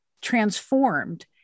transformed